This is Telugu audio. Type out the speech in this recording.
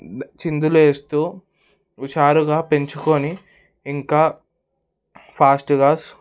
చిందులేస్తూ హుషారుగా పెంచుకొని ఇంకా ఫాస్ట్గా